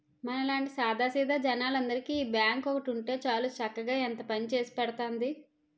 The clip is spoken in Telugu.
మనలాంటి సాదా సీదా జనాలందరికీ ఈ బాంకు ఒక్కటి ఉంటే చాలు చక్కగా ఎంతో పనిచేసి పెడతాంది